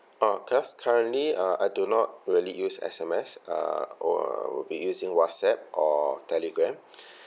oh cause currently uh I do not really use S_M_S uh would be using Whatsapp or Telegram